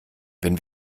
wenn